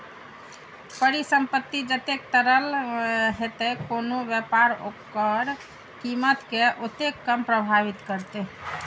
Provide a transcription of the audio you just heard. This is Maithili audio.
परिसंपत्ति जतेक तरल हेतै, कोनो व्यापार ओकर कीमत कें ओतेक कम प्रभावित करतै